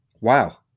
wow